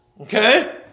Okay